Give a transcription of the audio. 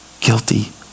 Guilty